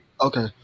okay